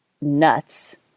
nuts